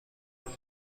اومد